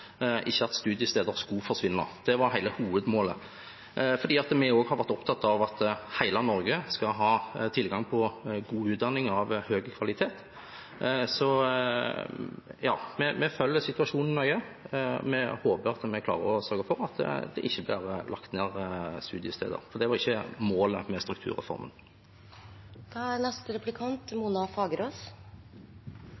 ikke at studiesteder skulle forsvinne. Det var hele hovedmålet, for vi har også vært opptatt av at hele Norge skal ha tilgang på god utdanning av høy kvalitet. Så vi følger situasjonen nøye, og vi håper at vi klarer å sørge for at det ikke blir lagt ned studiesteder, for det var ikke målet med strukturreformen. Det er